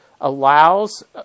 allows